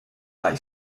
lay